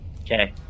Okay